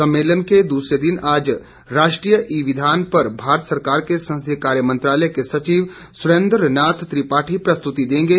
सम्मेलन के दूसरे दिन आज राष्ट्रीय ई विधान पर भारत सरकार के संसदीय कार्य मंत्रालय के सचिव सुरेन्द्र नाथ त्रिपाठी प्रस्तुती देंगे